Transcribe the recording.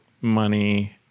money